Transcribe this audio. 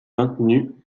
maintenu